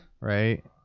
right